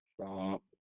Stop